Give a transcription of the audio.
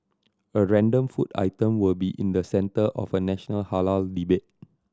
a random food item will be in the centre of a national halal debate